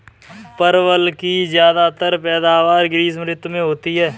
परवल की ज्यादातर पैदावार ग्रीष्म ऋतु में होती है